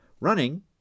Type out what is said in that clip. Running